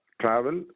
travel